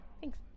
Thanks